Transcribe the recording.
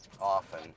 often